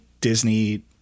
Disney